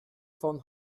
von